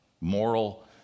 moral